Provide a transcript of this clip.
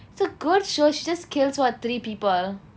it's a good show she just kills what three people